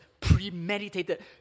premeditated